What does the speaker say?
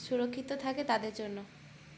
সুরক্ষিত থাকে তাদের জন্য